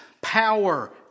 Power